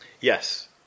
Yes